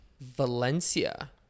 Valencia